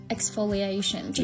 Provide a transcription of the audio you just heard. Exfoliation